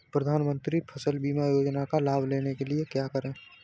प्रधानमंत्री फसल बीमा योजना का लाभ लेने के लिए क्या करें?